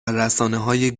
رسانههای